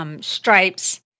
stripes